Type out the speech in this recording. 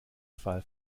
fall